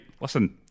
listen